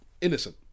innocent